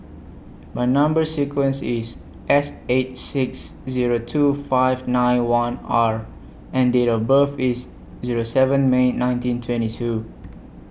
My Number sequence IS S eight six Zero two five nine one R and Date of birth IS Zero seven May nineteen twenty two